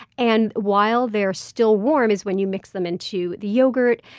and while they're still warm is when you mix them into the yogurt,